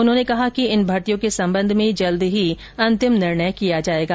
उन्होंने कहा कि इन भर्तियों के संबंध में जल्द ही अंतिम निर्णय किया जायेगा